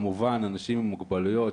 כמובן אנשים עם מוגבלויות,